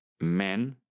men